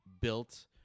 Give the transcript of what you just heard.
built